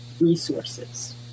resources